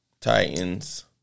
Titans